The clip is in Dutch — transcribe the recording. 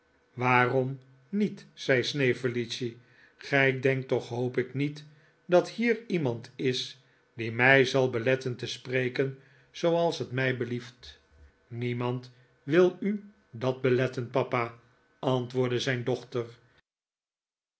waarom niet zei snevellicci gij denkt toch hoop ik niet dat hier iemand is die mij zal beletten te spreken zooals het mij belieft niemand wil u dat beletten papa antwoordde zijn dochter